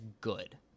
good